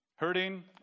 Hurting